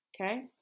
Okay